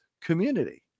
community